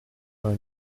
are